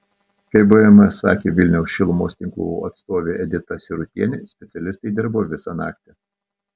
kaip bns sakė vilniaus šilumos tinklų atstovė edita sirutienė specialistai dirbo visą naktį